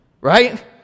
right